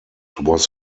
was